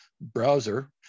browser